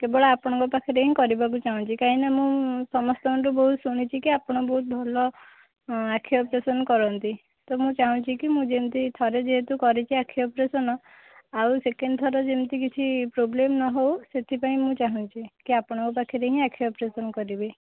କେବଳ ଆପଣଙ୍କ ପାଖରେ ହିଁ କରିବାକୁ ଚାହୁଁଛି କାହିଁନା ମୁଁ ସମସ୍ତଙ୍କଠୁ ବହୁତ ଶୁଣିଛିକି ଆପଣ ବହୁତ୍ ଭଲ ଆଖି ଅପରେସନ୍ କରନ୍ତି ତ ମୁଁ ଚାହୁଁଛିକି ମୁଁ ଯେମତି ଥରେ ଯେହେତୁ କରିଛି ଆଖି ଅପରେସନ୍ ଆଉ ସେକେଣ୍ଡ୍ ଥର ଯେମତି କିଛି ପ୍ରୋବ୍ଲେମ୍ ନହଉ ସେଥିପାଇଁ ମୁଁ ଚାହୁଁଛି କି ଆପଣଙ୍କ ପାଖରେ ହିଁ ଆଖି ଅପରେସନ୍ କରିବି